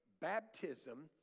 baptism